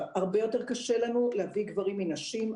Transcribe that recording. הרבה יותר קשה לנו להביא גברים מנשים.